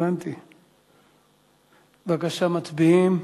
בבקשה, מצביעים.